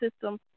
system